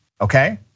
okay